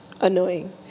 annoying